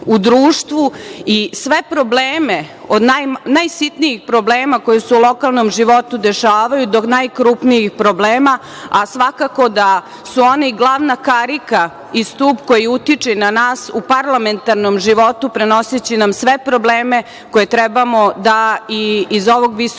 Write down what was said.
i sve probleme od najsitnijih problema, koje se u lokalnom životu dešavaju, do najkrupnijih problema, a svakako da su oni glavna karika i stub koji utuče na nas u parlamentarnom životu prenoseći nam sve probleme koje trebamo da i iz ovog visokog